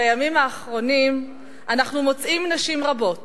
בימים האחרונים אנחנו מוצאים נשים רבות